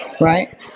Right